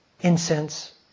incense